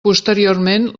posteriorment